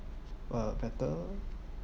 uh better